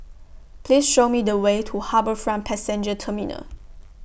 Please Show Me The Way to HarbourFront Passenger Terminal